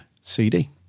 CD